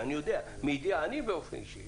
מידיעה אני באופן אישי,